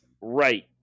Right